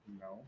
No